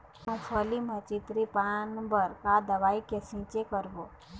मूंगफली म चितरी पान बर का दवई के छींचे करबो?